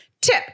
tip